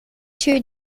two